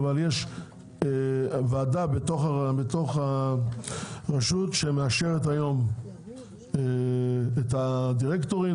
אבל יש ועדה בתוך הרשות שמאשרת היום את הדירקטורים,